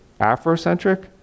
Afrocentric